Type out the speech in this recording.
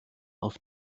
auf